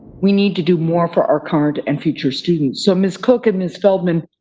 we need to do more for our current and future students. so, ms. cook and ms. feldman,